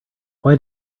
why